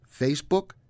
Facebook